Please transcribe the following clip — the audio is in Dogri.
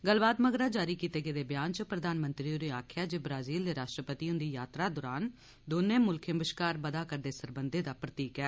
गल्लबात मगरा जारी कीते गेदे ब्यान च प्रधानमंत्री होरें आक्खेआ जे ब्राजील दे राष्ट्रपति हुन्दी यात्रा दौनें मुल्खें बश्कार बदा करदे सरबंधैं दा प्रतीक ऐ